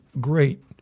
great